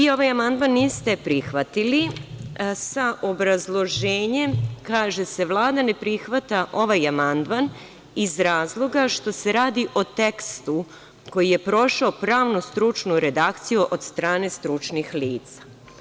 Vi ovaj amandman niste prihvatili sa obrazloženjem, kaže se – Vlada ne prihvata ovaj amandman iz razloga što se radi o tekstu koji je prošao pravno-stručnu redakciju od strane stručnih lica.